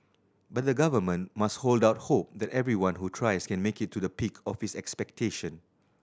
but the Government must hold out hope that everyone who tries can make it to the peak of his expectation